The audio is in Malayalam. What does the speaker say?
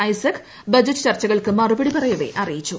ഐസ്ക് ബജറ്റ് ചർച്ചകൾക്ക് മറുപടി പറയവെ അറിയിച്ചു